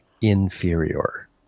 inferior